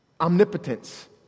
omnipotence